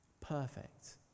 perfect